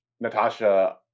Natasha